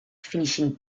finishing